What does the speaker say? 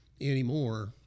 anymore